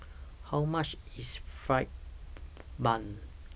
How much IS Fried Bun